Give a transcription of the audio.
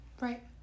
Right